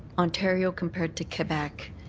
ontario compared to quebec.